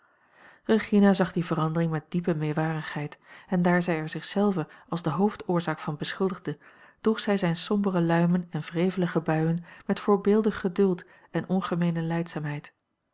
zag die verandering met diepe meewarigheid en daar zij er zich zelve als de hoofdoorzaak van beschuldigde droeg zij zijne sombere luimen en wrevelige buien met voorbeeldig geduld en ongemeene lijdzaamheid